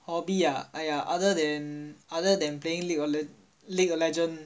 hobby ah !aiya! other than other than playing league league League of Legend